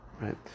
right